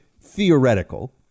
theoretical